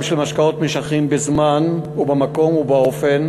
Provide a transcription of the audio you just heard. של משקאות משכרים בזמן ובמקום ובאופן.